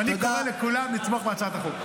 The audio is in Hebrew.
ואני קורא לכולם לתמוך בהצעת החוק.